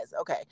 okay